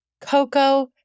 Coco